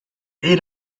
ate